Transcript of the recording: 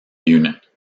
unit